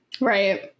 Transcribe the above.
Right